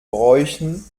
bräuchen